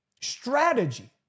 strategy